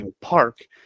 park